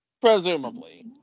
Presumably